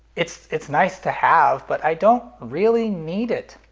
it's. it's nice to have, but i don't really need it.